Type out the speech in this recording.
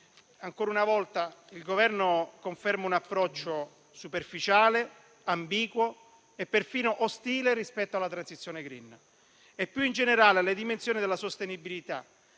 ancora una volta il Governo conferma un approccio superficiale, ambiguo e perfino ostile rispetto alla transizione *green* e, più in generale, alle dimensioni della sostenibilità,